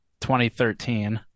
2013